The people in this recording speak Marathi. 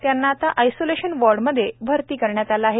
त्यांना आता आयसोलेशन वार्डमध्ये भरती करण्यात आले आहे